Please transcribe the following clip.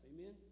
Amen